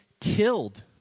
killed